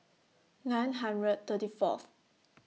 nine hundred thirty Fourth